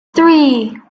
three